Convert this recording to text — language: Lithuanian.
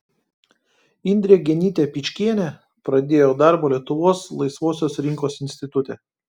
indrė genytė pikčienė pradėjo darbą lietuvos laisvosios rinkos institute